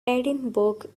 edinburgh